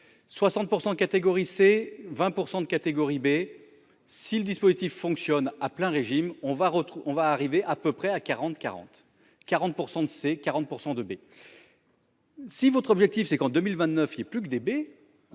60% catégorie c'est 20% de catégorie B si le dispositif fonctionne à plein régime on va on va arriver à peu près à 40 40 40 % de ces 40% de B. Si votre objectif, c'est qu'en 2029, il est plus que des